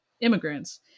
immigrants